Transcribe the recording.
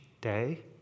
day